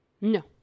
No